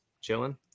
chilling